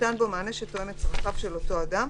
וניתן בו מענה שתואם את צרכיו של אותו אדם,